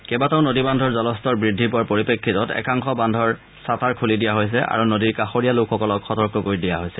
কেইবাটাও নদীবান্ধৰ জলস্তৰ বৃদ্ধি পোৱা পৰিপ্ৰেক্ষিতত একাংশ বান্ধৰ ছাটাৰ খুলি দিয়া হৈছে আৰু নদীৰ কাষৰীয়া লোকসকলক সতৰ্ক কৰি দিয়া হৈছে